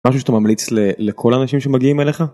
משהו שאתה ממליץ לכל האנשים שמגיעים אליך.